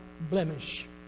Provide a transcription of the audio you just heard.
blemish